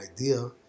idea